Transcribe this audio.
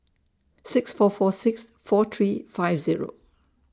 six four four six four three five Zero